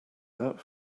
that